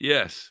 Yes